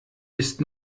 ist